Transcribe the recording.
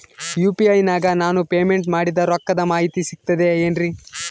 UPI ನಾಗ ನಾನು payment ಮಾಡಿದ ರೊಕ್ಕದ ಮಾಹಿತಿ ಸಿಕ್ತದೆ ಏನ್ರಿ?